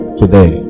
today